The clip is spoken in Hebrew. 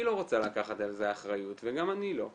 לא רוצה לקחת על זה אחריות וגם אני לא.